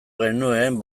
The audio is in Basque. genuen